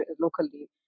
locally